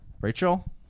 Rachel